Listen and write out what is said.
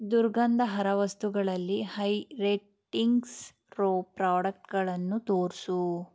ದುರ್ಗಂಧಹರ ವಸ್ತುಗಳಲ್ಲಿ ಹೈ ರೇಟಿಂಗ್ಸಿರೋ ಪ್ರಾಡಕ್ಟ್ಗಳನ್ನು ತೋರಿಸು